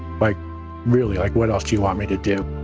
like really like what else do you want me to do?